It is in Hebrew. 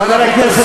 חבר הכנסת כבל,